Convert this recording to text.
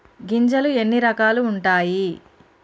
గింజలు ఎన్ని రకాలు ఉంటాయి?